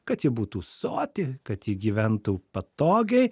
kad ji būtų soti kad ji gyventų patogiai